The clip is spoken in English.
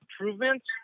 improvements